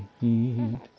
need